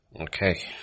Okay